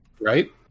Right